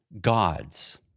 gods